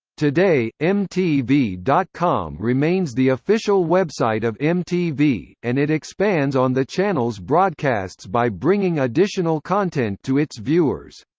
today, mtv dot com remains the official website of mtv, and it expands on the channel's broadcasts by bringing additional content to its viewers.